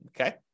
Okay